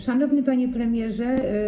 Szanowny Panie Premierze!